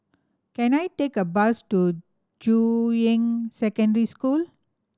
can I take a bus to Juying Secondary School